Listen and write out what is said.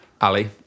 Ali